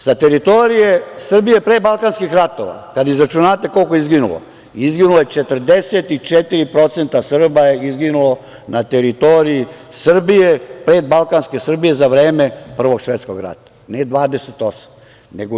Sa teritorije Srbije pre balkanskih ratova, kad izračunate koliko je izginulo, 44% Srba je izginulo na teritoriji Srbije, pred balkanske Srbije za vreme Prvog svetskog rata, ne 28%, nego 44%